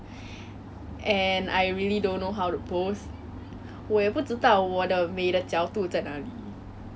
trial and error and we get our good sides and we learn together as best friends